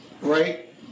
Right